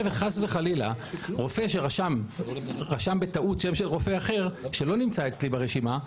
שחס וחלילה רופא שרשם בטעות שם של רופא אחר שלא נמצא אצלי ברשימה,